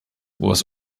was